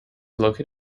located